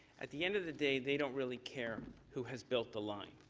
at the end of the day they don't really care who has built the line.